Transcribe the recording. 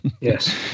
Yes